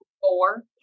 four